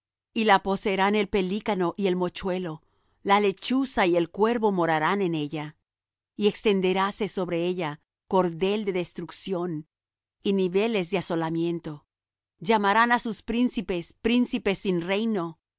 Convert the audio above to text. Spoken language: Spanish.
y la poseerán el pelícano y el mochuelo la lechuza y el cuervo morarán en ella y extenderáse sobre ella cordel de destrucción y niveles de asolamiento llamarán á sus príncipes príncipes sin reino